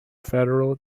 federal